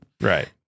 Right